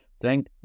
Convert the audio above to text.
Thank